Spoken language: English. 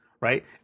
Right